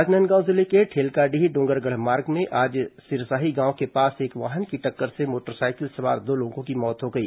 राजनांदगांव जिले के ठेलकाडीह डोंगरगढ़ मार्ग में आज सिरसाही गांव के पास एक वाहन की टक्कर से मोटरसाइकिल सवार दो लोगों की मौत हो गई